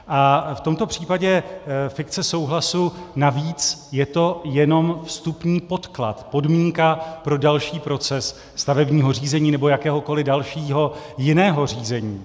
A v tomto případě fikce souhlasu, navíc, je to jenom vstupní podklad, podmínka pro další proces stavebního řízení nebo jakéhokoli dalšího jiného řízení.